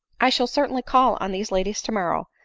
i shall certainly call on these ladies tomorrow,